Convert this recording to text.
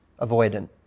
avoidant